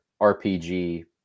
RPG